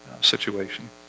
situation